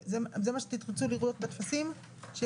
התשי"ט-1959 שדרגת נכותו לצמיתות,